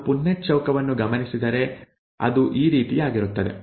ನಾವು ಪುನ್ನೆಟ್ ಚೌಕವನ್ನು ಗಮನಿಸಿದರೆ ಅದು ಈ ರೀತಿಯಾಗಿರುತ್ತದೆ